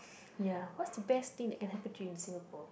ya what's the best thing that can happen to you in Singapore